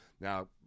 Now